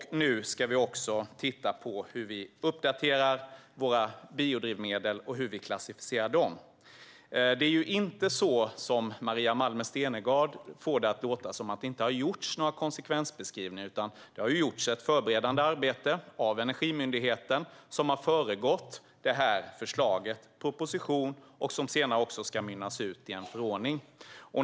Nu ska vi också titta på hur vi ska uppdatera våra biodrivmedel och hur de ska klassificeras. Maria Malmer Stenergard får det att låta som att det inte har gjorts några konsekvensbeskrivningar. Det är inte på det sättet. Energimyndigheten har gjort ett förberedande arbete. Det har föregått förslaget i propositionen, som senare ska mynna ut i en förordning.